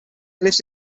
lives